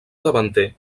davanter